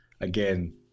again